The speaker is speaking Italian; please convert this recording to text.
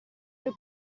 per